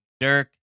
Dirk